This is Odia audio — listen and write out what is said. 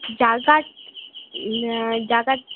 ଜାଗା ଜାଗା